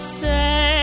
say